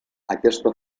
aquesta